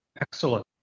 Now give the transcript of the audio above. excellent